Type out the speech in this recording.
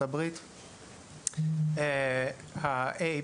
זה ייקח זמן, אבל זה הכיוון.